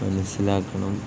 മനസ്സിലാക്കണം